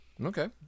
Okay